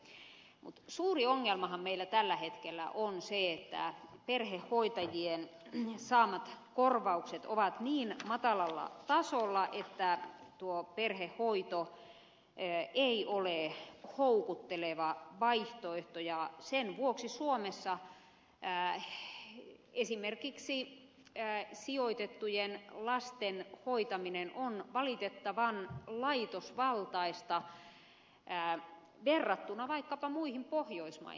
mutta suuri ongelmahan meillä tällä hetkellä on se että perhehoitajien saamat korvaukset ovat niin matalalla tasolla että tuo perhehoito ei ole houkutteleva vaihtoehto ja sen vuoksi suomessa esimerkiksi sijoitettujen lasten hoitaminen on valitettavan laitosvaltaista verrattuna vaikkapa muihin pohjoismaihin